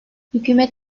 hükümet